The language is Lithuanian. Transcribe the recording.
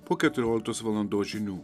po keturioliktos valandos žinių